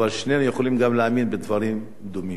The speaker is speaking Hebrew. אבל שנינו יכולים גם להאמין בדברים דומים.